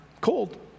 cold